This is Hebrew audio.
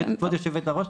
כבוד יושבת הראש,